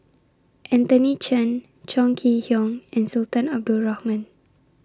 Anthony Chen Chong Kee Hiong and Sultan Abdul Rahman